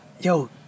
Yo